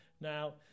Now